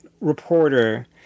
reporter